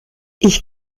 ich